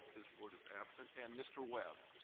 ms. ward is absent and mr. webb